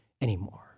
Anymore